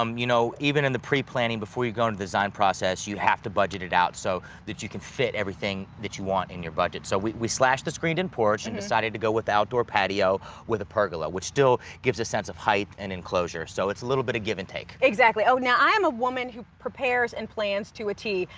um you know, even in the preplanning before you go into the design process, you have to budget it out so that you can fit everything that you want in your budget. so we we slashed the screened-in porch and decided to go with the outdoor patio with a pergola, which still gives a sense of height and enclosure. so, it's a little bit of give-and-take. exactly. oh, now, i am a woman who prepares and plans to a tee,